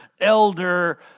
elder